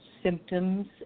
symptoms